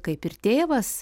kaip ir tėvas